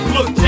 Look